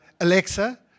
Alexa